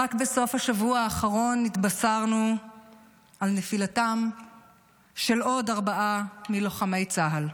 רק בסוף השבוע האחרון התבשרנו על נפילתם של עוד ארבעה מלוחמי צה"ל,